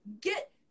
Get